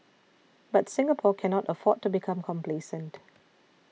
but Singapore cannot afford to become complacent